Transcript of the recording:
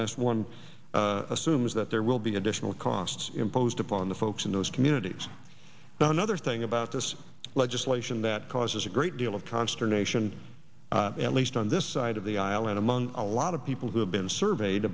last one assumes that there will be additional costs imposed upon the folks in those communities now another thing about this legislation that causes a great deal of consternation at least on this side of the aisle and among a lot of people who have been surveyed